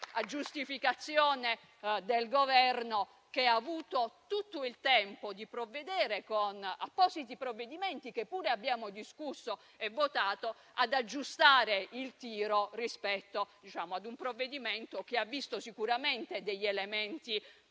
a giustificazione del Governo, che ha avuto tutto il tempo di provvedere con appositi provvedimenti, che pure abbiamo discusso e votato, ad aggiustare il tiro rispetto ad un provvedimento che ha visto sicuramente degli elementi